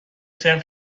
ترم